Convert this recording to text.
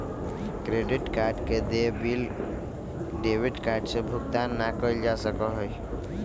credit card के देय bill debit card से भुगतान ना कइल जा सका हई